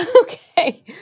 Okay